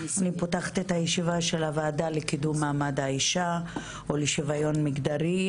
אני פותחת את הישיבה של הוועדה לקידום מעמד האישה ושוויון מגדרי,